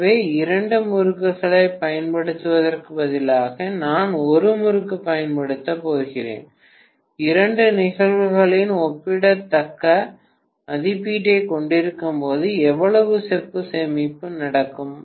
எனவே இரண்டு முறுக்குகளைப் பயன்படுத்துவதற்குப் பதிலாக நான் ஒரு முறுக்கு பயன்படுத்தப் போகிறேன் இரண்டு நிகழ்வுகளிலும் ஒப்பிடத்தக்க மதிப்பீட்டைக் கொண்டிருக்கும்போது எவ்வளவு செப்பு சேமிப்பு நடக்கும்